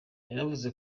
yanavuze